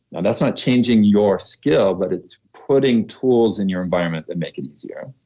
and that's not changing your skill, but it's putting tools in your environment that make it easier.